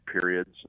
periods